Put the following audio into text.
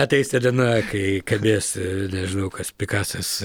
ateis ta diena kai kabės nežinau kas pikasas